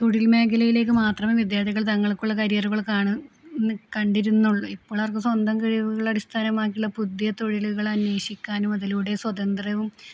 തൊഴിൽ മേഖലയിലേക്കു മാത്രമേ വിദ്യാർഥികൾ തങ്ങൾക്കുള്ള കരിയറുകള് കണ്ടിരുന്നുള്ളൂ ഇപ്പോഴവര്ക്കു സ്വന്തം കഴിവുകളെ അടിസ്ഥാനമാക്കിയുള്ള പുതിയ തൊഴിലുകൾ അന്വേഷിക്കാനും അതിലൂടെ സ്വതന്ത്രവും